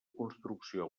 construcció